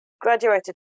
graduated